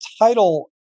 title